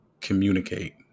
communicate